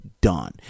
done